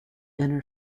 inner